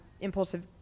impulsive